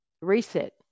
reset